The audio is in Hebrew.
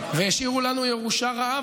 והשאירו לנו ירושה רעה.